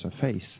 surface